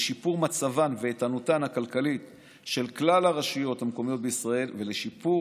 לשיפור מצבן ואיתנותן הכלכלית של כלל הרשויות המקומיות בישראל ולשיפור